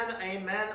amen